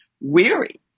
weary